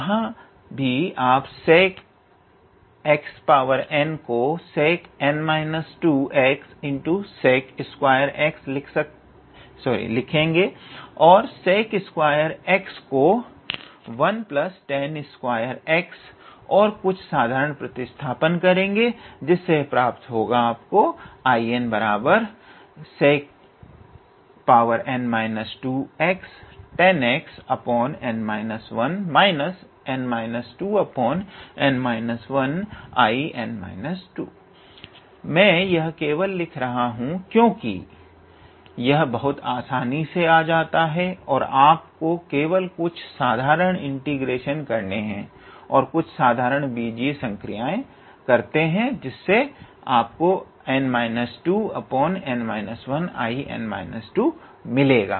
यहाँ भी आप 𝑠𝑒𝑐𝑛𝑥 को 𝑠𝑒𝑐 𝑛−2𝑥𝑠𝑒𝑐2𝑥 लिखेगे और𝑠𝑒𝑐2𝑥 को 1𝑡𝑎𝑛2𝑥 और कुछ साधारण प्रतिस्थापन करेंगे जिससे प्राप्त होगा मैं यह केवल लिख रहा हूं क्योंकि यह बहुत आसानी से आ जाता है आपको केवल कुछ साधारण इंटीग्रेशन करने हैं और कुछ साधारण बीजीय संक्रिया करते हैं जिससे n 2n 1 𝐼𝑛−2 मिलेगा